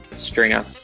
Stringer